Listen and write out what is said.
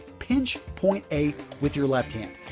pinch point a with your left hand.